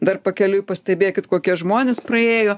dar pakeliui pastebėkit kokie žmonės praėjo